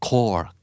Core